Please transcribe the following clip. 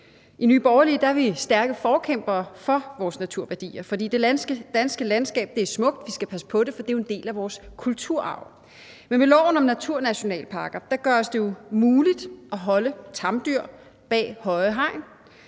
I Nye Borgerlige er vi stærke forkæmpere for vores naturværdier, for det danske landskab er smukt, og vi skal passe på det, for det er jo en del af vores kulturarv. Men med loven om naturnationalparker gøres det jo muligt at holde tamdyr bag høje hegn,